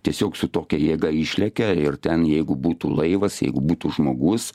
tiesiog su tokia jėga išlekia ir ten jeigu būtų laivas jeigu būtų žmogus